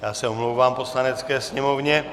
Já se omlouvám Poslanecké sněmovně.